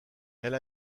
elle